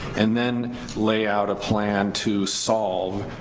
and then lay out a plan to solve,